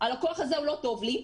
שהלקוח הזה לא טוב לי,